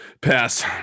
Pass